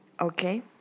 okay